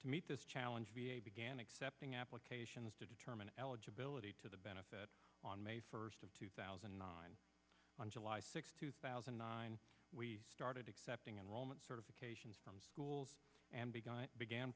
to meet this challenge v a began accepting applications to determine eligibility to the benefit on may first of two thousand and nine on july sixth two thousand and nine we started accepting enrollment certifications from schools and began